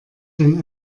denn